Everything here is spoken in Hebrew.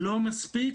לא מספיק.